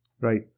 right